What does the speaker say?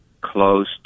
close